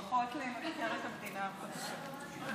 ברכות למבקרת המדינה החדשה.